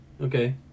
okay